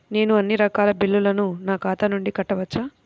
నేను అన్నీ రకాల బిల్లులను నా ఖాతా నుండి కట్టవచ్చా?